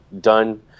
done